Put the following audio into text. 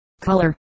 color